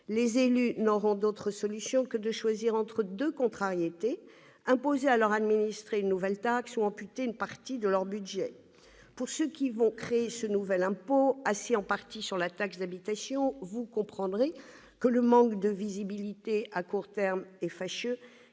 Les élus n'auront d'autre solution que de choisir entre deux contrariétés : imposer à leurs administrés une nouvelle taxe ou amputer leur budget. Pour ceux qui vont créer ce nouvel impôt assis en partie sur la taxe d'habitation, le manque de visibilité à court terme est fâcheux.